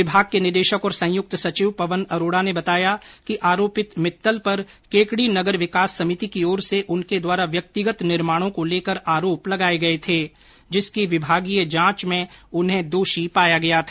विभाग के निदेशक और संयुक्त सचिव पवन अरोड़ा ने बताया कि आरोपित मित्तल पर केकड़ी नगर विकास समिति की ओर से उनके द्वारा व्यक्तिगत निर्माणों को लेकर आरोप लगाए गए थे जिसकी विभागीय जांच में उन्हें दोषी पाया गया था